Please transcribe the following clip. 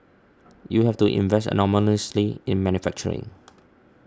you have to invest enormously in manufacturing